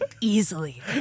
easily